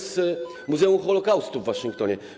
z Muzeum Holokaustu w Waszyngtonie.